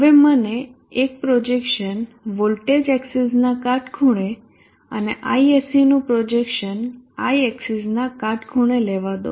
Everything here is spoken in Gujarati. હવે મને એક પ્રોજેક્શન વોલ્ટેજ એક્સીસના કાટખૂણે અને Isc નું પ્રોજેક્શન I એક્સીસનાં કાટખૂણે લેવા દો